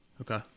okay